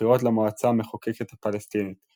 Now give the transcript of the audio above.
בבחירות למועצה המחוקקת הפלסטינית,